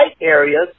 areas